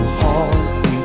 heart